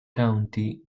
county